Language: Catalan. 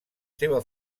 seva